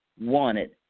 wanted